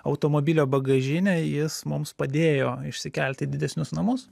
automobilio bagažinę jis mums padėjo išsikelt į didesnius namus